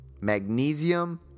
magnesium